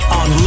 on